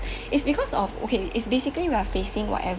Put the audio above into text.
is because of okay is basically we are facing whatever